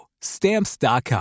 Stamps.com